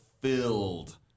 filled